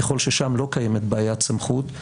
ככל ששם לא קיימת בעיית סמכות,